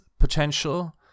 potential